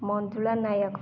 Manjula Nayak